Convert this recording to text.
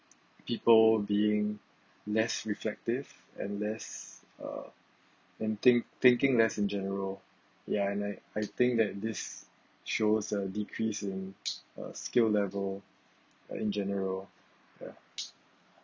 people being less reflective and less uh and think thinking less in general ya and I I think that this shows a decrease in uh skill level uh in general ya